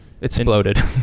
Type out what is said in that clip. exploded